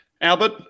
Albert